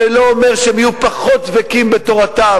זה לא אומר שהם יהיו פחות דבקים בתורתם.